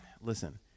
Listen